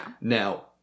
Now